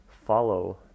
follow